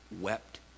wept